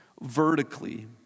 vertically